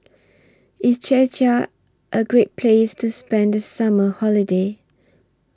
IS Czechia A Great Place to spend The Summer Holiday